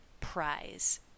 prize